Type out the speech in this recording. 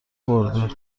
برده